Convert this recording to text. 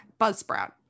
Buzzsprout